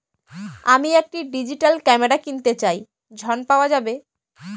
আমি একটি digital camera কিনতে চাই ঝণ পাওয়া যাবে?